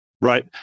Right